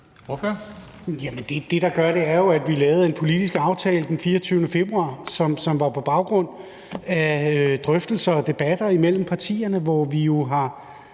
det, der gør det, er jo, at vi lavede en politisk aftale den 24. februar, som var på baggrund af drøftelser og debatter imellem partierne, hvor vi jo